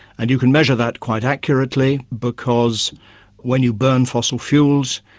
and you can measure that quite accurately because when you burn fossil fuels,